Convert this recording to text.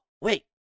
wait